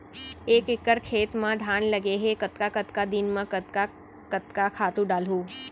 एक एकड़ खेत म धान लगे हे कतका कतका दिन म कतका कतका खातू डालहुँ?